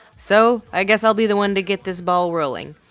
so i guess i'll be the one to get this ball rolling.